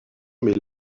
mais